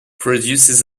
produces